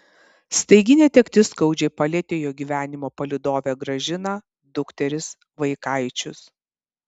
staigi netektis skaudžiai palietė jo gyvenimo palydovę gražiną dukteris vaikaičius